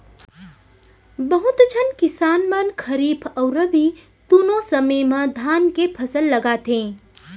बहुत झन किसान मन खरीफ अउ रबी दुनों समे म धान के फसल लगाथें